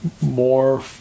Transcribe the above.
more